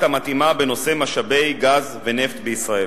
המתאימה בנושא משאבי גז ונפט בישראל.